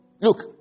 look